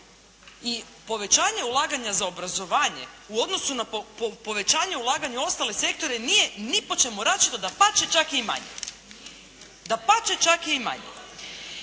i povećanje ulaganja za obrazovanje u odnosu na povećanje ulaganja ostale sektore nije ni po čemu različito, dapače čak je i manje. Dapače, čak je i manje.